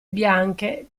bianche